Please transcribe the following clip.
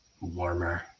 warmer